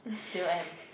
still am